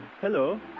Hello